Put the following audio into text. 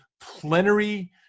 plenary